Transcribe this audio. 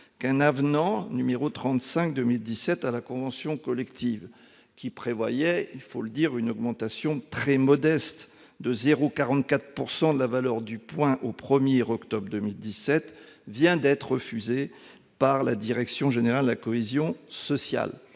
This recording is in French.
que l'avenant n° 35/2017 à la convention collective, qui prévoyait une augmentation très modeste de 0,44 % de la valeur du point au 1 octobre 2017, avait été refusé par la direction générale de la cohésion sociale.